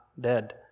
dead